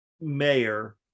mayor